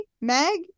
meg